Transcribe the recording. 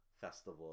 Festival